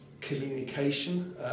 communication